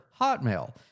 Hotmail